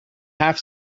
half